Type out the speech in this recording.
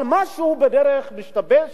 אבל משהו משתבש